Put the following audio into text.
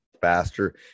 faster